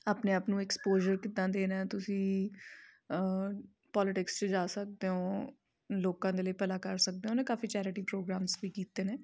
ਆਪਣੇ ਆਪ ਨੂੰ ਐਕਸਪੋਜ਼ਰ ਕਿੱਦਾਂ ਦੇਣਾ ਤੁਸੀਂ ਪੋਲੀਟਿਕਸ 'ਚ ਜਾ ਸਕਦੇ ਹੋ ਲੋਕਾਂ ਦੇ ਲਈ ਭਲਾ ਕਰ ਸਕਦੇ ਹੋ ਉਹਨੇ ਕਾਫ਼ੀ ਚੈਰਟੀ ਪ੍ਰੋਗਰਾਮਸ ਵੀ ਕੀਤੇ ਨੇ